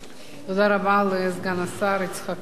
תודה רבה לסגן השר יצחק כהן.